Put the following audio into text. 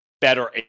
better